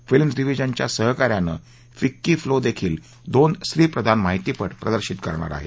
films डिव्हिजनच्या सहकार्यानं FICCI फ्लोदेखिल दोन स्त्रीप्रधान माहितीपट प्रदर्शित करणार आहे